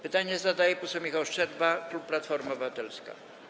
Pytanie zadaje poseł Michał Szczerba, klub Platforma Obywatelska.